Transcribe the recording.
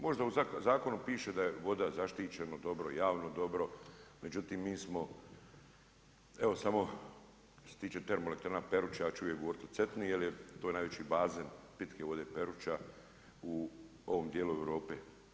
Možda u zakonu piše da je voda zaštićeno dobro, javno dobro međutim mi smo evo samo što se tiče TE Peruća ja ću uvijek govoriti o Cetini jel je to najveći bazen pitke vode Peruća u ovom dijelu Europe.